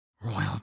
royal